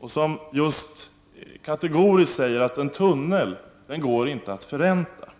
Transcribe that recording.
Han säger kategoriskt att en tunnel inte går att förränta.